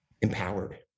empowered